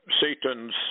Satan's